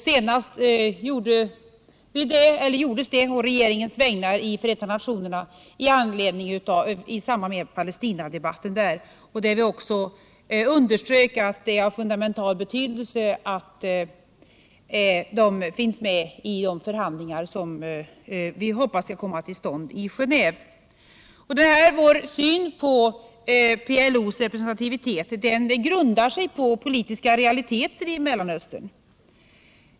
Senast gjordes det sårat RSR NNE på regeringens vägnar i Förenta nationerna i samband med Palestina Om Sveriges debatten, då vi också underströk att det är av fundamental betydelse = ställningstagande i att PLO finns med i de förhandlingar som vi hoppas skall kunna komma = Mellanösternkontill stånd i Genéve. flikten Vår syn på PLO:s representativitet grundar sig på politiska realiteter i Mellanöstern.